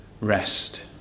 rest